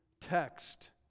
text